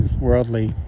worldly